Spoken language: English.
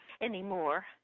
anymore